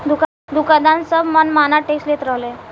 दुकानदार सब मन माना टैक्स लेत रहले